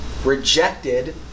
rejected